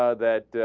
ah that